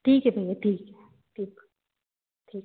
ठीक है भैया ठीक है ठीक ठीक